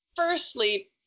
Firstly